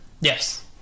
Yes